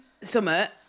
summit